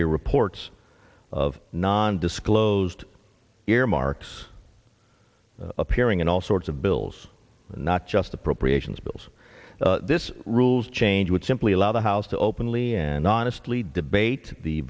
hear reports of non disclosed earmarks appearing in all sorts of bills not just appropriations bills this rules change would simply allow the house to openly and honestly debate the